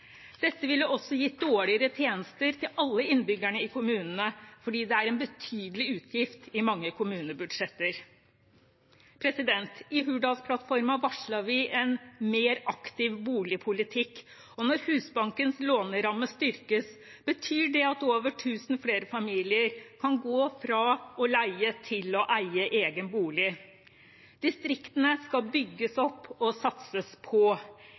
ville også gitt dårligere tjenester til alle innbyggerne i kommunene fordi dette er en betydelig utgift i mange kommunebudsjetter. I Hurdalsplattformen varslet vi en mer aktiv boligpolitikk, og når Husbankens låneramme styrkes, betyr det at over tusen flere familier kan gå fra å leie til å eie egen bolig. Distriktene skal bygges opp og satses på.